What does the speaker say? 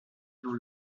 dans